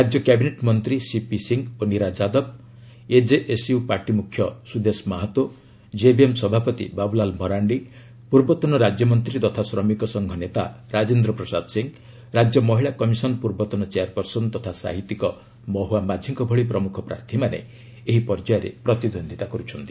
ରାଜ୍ୟ କ୍ୟାବିନେଟ୍ ମନ୍ତ୍ରୀ ସିପି ସି ଓ ନିରା ଯାଦବ ଏଜେଏସ୍ୟୁ ପାର୍ଟି ମୁଖ୍ୟ ସୁଦେଶ ମାହତୋ ଜେଭିଏମ୍ ସଭାପତି ବାବୁଲାଲ ମରାଣ୍ଡି ପୂର୍ବତନ ରାଜ୍ୟମନ୍ତ୍ରୀ ତଥା ଶ୍ରମିକସଂଘ ନେତା ରାଜେନ୍ଦ୍ର ପ୍ରସାଦ ସିଂ ରାଜ୍ୟ ମହିଳା କମିଶନ ପୂର୍ବତନ ଚେୟାରପର୍ସନ ତଥା ସାହିତ୍ୟିକ ମହୁଆ ମାଝିଙ୍କ ଭଳି ପ୍ରମୁଖ ପ୍ରାର୍ଥୀମାନେ ଏହି ପର୍ଯ୍ୟାୟରେ ପ୍ରତିଦ୍ୱନ୍ଦିତା କରୁଛନ୍ତି